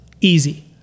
easy